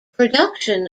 production